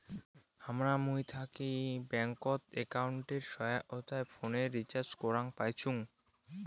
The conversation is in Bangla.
হামরা মুই থাকি ব্যাঙ্কত একাউন্টের সহায়তায় ফোনের রিচার্জ করাং পাইচুঙ